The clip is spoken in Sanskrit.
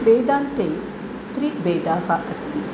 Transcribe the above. वेदान्ते त्रिभेदाः अस्ति